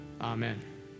amen